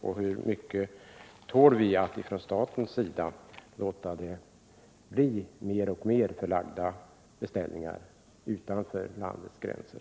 I hur stor utsträckning kan vi från statens sida tillåta att mer och mer beställningar förläggs utanför landets gränser?